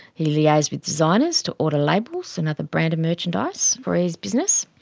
he liaised with designers to order labels and other branded merchandise for his business,